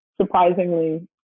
Surprisingly